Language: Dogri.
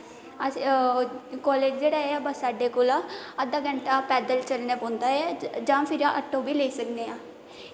अस कॉलेज़ जेह्ड़ा ऐ बस्स अड्डे उप्परा जेह्ड़ा अद्धा घैंटा पैदल चलना पौंदा ऐ जां फिर ऑटो बी लेई सकने आं